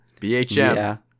BHM